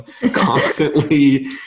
constantly